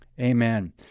amen